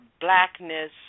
blackness